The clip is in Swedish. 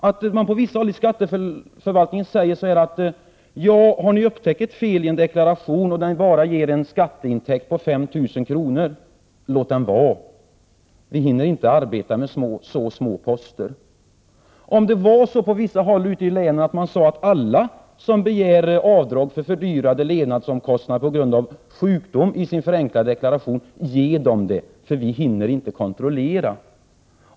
På vissa håll säger man i skatteförvaltningen, att om man har upptäckt ett fel i en deklaration, och felet ger en skatteintäkt på endast 5 000 kr., då skall man låta deklarationen vara. Man har inte tid att arbeta med så små poster. På vissa håll i länet säger man att alla som i sin förenklade deklaration begär avdrag för fördyrade levnadsomkostnader på grund av sjukdom skall få det beviljat. Man hinner helt enkelt inte kontrollera.